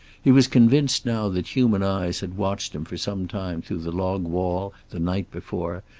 he was convinced now that human eyes had watched him for some time through the log wall the night before,